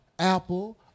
Apple